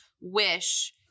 wish